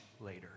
later